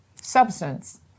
substance